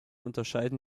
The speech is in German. unterscheiden